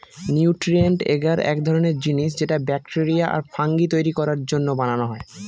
nutrient agar এক ধরনের জিনিস যেটা ব্যাকটেরিয়া আর ফাঙ্গি তৈরী করার জন্য বানানো হয়